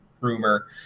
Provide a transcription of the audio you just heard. rumor